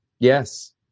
Yes